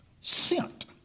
sent